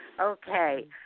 Okay